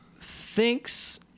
thinks